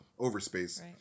Overspace